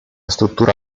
struttura